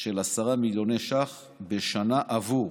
של 10 מיליוני ש"ח בשנה עבור